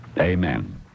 amen